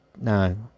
No